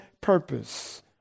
purpose